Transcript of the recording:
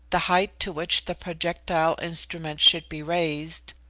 the height to which the projectile instrument should be raised,